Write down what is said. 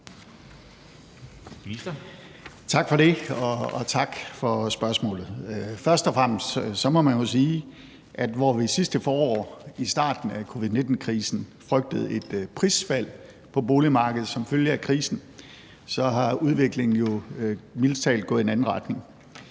Tak for det, og tak for spørgsmålet. Først og fremmest må man jo sige, at hvor vi sidste forår i starten af covid-19-krisen frygtede et prisfald på boligmarkedet som følge af krisen, så er udviklingen jo mildest talt gået i en anden retning.